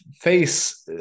face